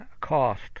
cost